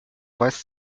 weist